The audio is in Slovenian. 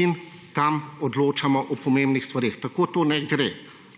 in tam odločamo o pomembnih stvareh. Tako to ne gre.